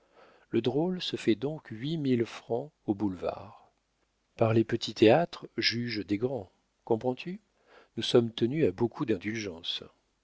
le drôle se fait donc huit mille francs aux boulevards par les petits théâtres juge des grands comprends-tu nous sommes tenus à beaucoup d'indulgence